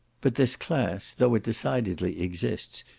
but this class, though it decidedly exists,